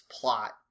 plot